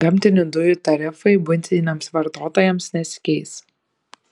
gamtinių dujų tarifai buitiniams vartotojams nesikeis